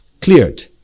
cleared